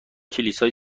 کلیسای